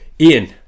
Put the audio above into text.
Ian